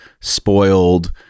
spoiled